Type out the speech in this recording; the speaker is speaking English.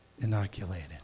inoculated